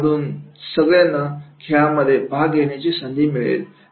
ज्यामधून सगळेना खेळामध्ये भाग घेण्याची संधी मिळेल